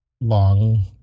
long